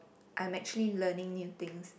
I'm actually learning new things